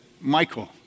Michael